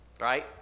right